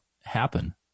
happen